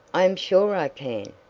i am sure i can,